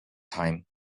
time